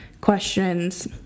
questions